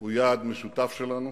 הוא יעד משותף שלנו,